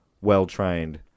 well-trained